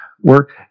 work